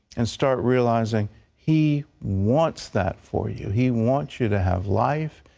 and start realizing he wants that for you. he wants you to have life.